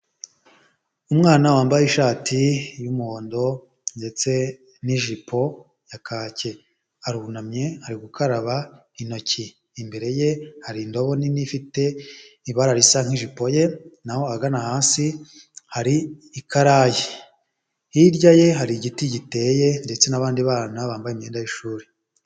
Umwana wambaye ishati y'umuhondo, ndetse n'ijipo ya kake, arunamye ari gukaraba intoki, imbere ye hari indobo nini ifite ibara risa nk'ijipo ye, naho agana hasi hari ikarayi, hirya ye hari igiti giteye, ndetse n'abandi bana bambaye imyenda y'ishuri.